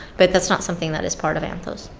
but that's not something that is part of anthos.